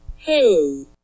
Hey